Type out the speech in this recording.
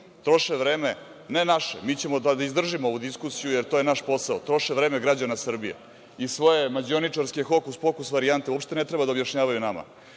troše vreme, ne naše, mi ćemo da izdržimo ovu diskusiju jer to je naš posao, troše vreme građana Srbije i svoje mađioničarske hokus-pokus varijante uopšte ne treba da objašnjavaju nama